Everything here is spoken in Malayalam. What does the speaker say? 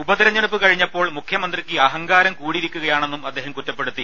ഉപതിരഞ്ഞെടുപ്പ് കഴിഞ്ഞപ്പോൾ മുഖ്യമന്ത്രിക്ക് അഹങ്കാരം കൂടിയിരിക്കയാണെന്നും അദ്ദേഹം കുറ്റപ്പെടുത്തി